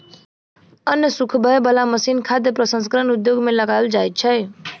अन्न सुखबय बला मशीन खाद्य प्रसंस्करण उद्योग मे लगाओल जाइत छै